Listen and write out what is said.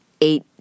eight